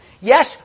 Yes